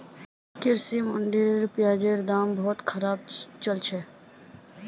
कृषि मंडीत प्याजेर बहुत खराब दाम चल छेक